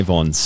on